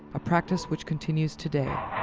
a practice which continues today.